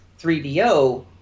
3DO